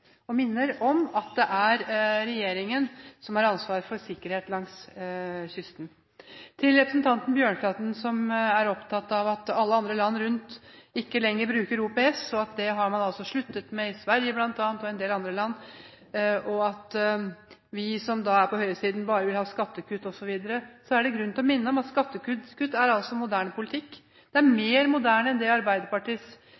minner om at det er regjeringen som har ansvar for sikkerhet langs kysten. Til representanten Bjørnflaten, som er opptatt av at alle andre land rundt oss ikke lenger bruker OPS – det har man altså sluttet med i Sverige bl.a. og en del andre land – og av at vi, som da er på høyresiden, bare vil ha skattekutt osv., er det grunn til å minne om at skattekutt er moderne politikk. Det er mer moderne enn det Arbeiderpartiets gjentatte og oppbrukte retorikk er.